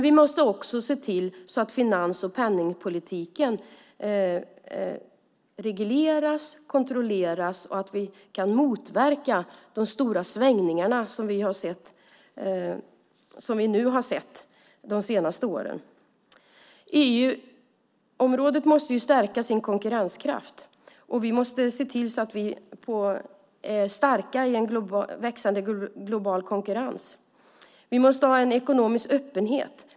Vi måste se till att finans och penningpolitiken regleras och kontrolleras, och vi måste se till att vi kan motverka de stora svängningar som vi har sett de senaste åren. EU-området måste stärka sin konkurrenskraft. Vi måste se till att vi är starka i en växande global konkurrens. Vi måste ha en ekonomisk öppenhet.